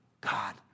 God